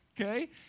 okay